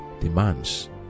demands